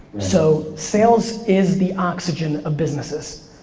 so, sales is the oxygen of businesses.